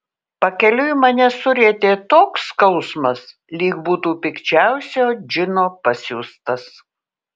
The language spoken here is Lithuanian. pakeliui mane surietė toks skausmas lyg būtų pikčiausio džino pasiųstas